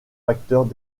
facteurs